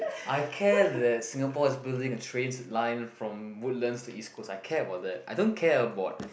I care that Singapore is building a train's line from Woodlands to East Coast I care about that I don't care about